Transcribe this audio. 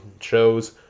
shows